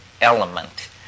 element